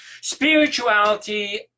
Spirituality